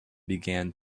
began